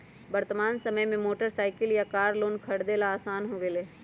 वर्तमान समय में मोटर साईकिल या कार लोन लेकर खरीदे ला आसान हो गयले है